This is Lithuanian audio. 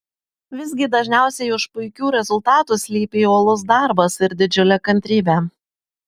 visgi dažniausiai už puikių rezultatų slypi uolus darbas ir didžiulė kantrybė